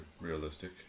realistic